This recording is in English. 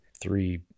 three